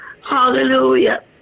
hallelujah